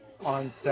on